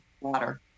water